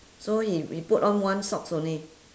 so he he put on one socks only